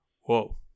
Whoa